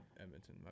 Edmonton